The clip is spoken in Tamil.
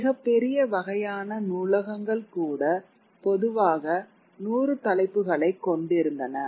மிகப் பெரிய வகையான நூலகங்கள் கூட பொதுவாக நூறு தலைப்புகளைக் கொண்டிருந்தன